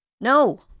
No